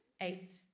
Eight